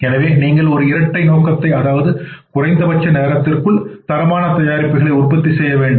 எனவே நீங்கள் ஒரு இரட்டை நோக்கத்தை அதாவது குறைந்தபட்ச நேரத்திற்குள் தரமான தயாரிப்புகளை உற்பத்தி செய்ய வேண்டும்